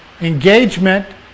engagement